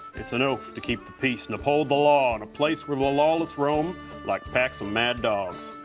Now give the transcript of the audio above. it's an oath to keep the peace and uphold the law in a place where the lawless roam like packs of mad dogs.